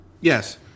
Yes